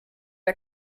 der